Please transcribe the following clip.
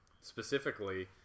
specifically